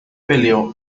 peleó